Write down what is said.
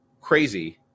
crazy